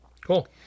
Cool